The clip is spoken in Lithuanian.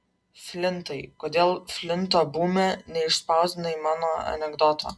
flintai kodėl flinto bume neišspausdinai mano anekdoto